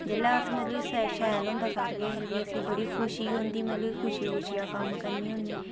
जेल्लै अस मतलब कि असें शैल होंदा सारा किश ते भी असें ई बड़ी खुशी होंदी बड़ी खुशी खुशिया कम्म करने होन्ने